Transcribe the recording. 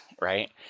right